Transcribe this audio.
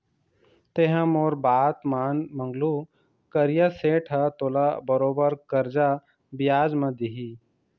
तेंहा मोर बात मान मंगलू करिया सेठ ह तोला बरोबर करजा बियाज म दिही